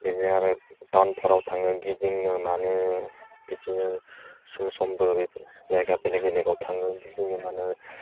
बिदिनो आरो टावनफोराव थाङो गिदिंनो मानो बिदिनो सम समबो जायगा बेलेक बेलेकआव थाङो गिदिंनो मानो